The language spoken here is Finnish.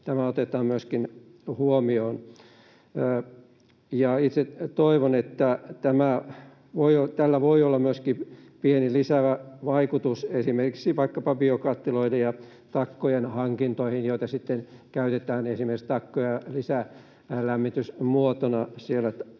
tämä otetaan huomioon. Ja itse toivon, että tällä voi olla myöskin pieni lisäävä vaikutus esimerkiksi vaikkapa biokattiloiden ja takkojen hankintoihin, joita sitten käytetään, esimerkiksi takkoja, lisälämmitysmuotona